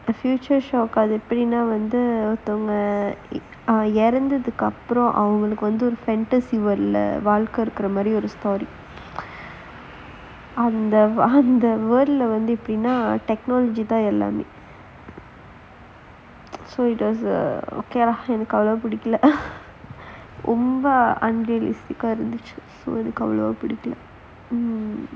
the future shock ah அதேப்படின்னா வந்து ஒருத்தங்க இறந்ததுக்கு அப்புறம் அவங்களுக்கு ஒரு:athaeppadinnaa vanthu oruthanga iranthathukku appuram avangalaukku oru fantasy world leh வாழ்க்கை இருக்குற மாறி ஒரு:vaalkai irukkura maari oru story அந்த:antha world வந்து எப்படின்னா:vanthu eppadinnaa technology தான் எல்லாமே:thaan ellaamae so it does err okay lah எனக்கு அவ்ளோ புடிக்கல ரொம்ப இருந்துச்சு எனக்கு அது பிடிக்கல:enakku avlo pudikala romba irunthuchu enakku athu pidikala